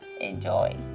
enjoy